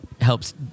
helps